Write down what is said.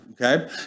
Okay